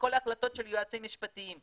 וכל ההחלטות של היועצים המשפטיים.